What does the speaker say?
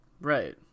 Right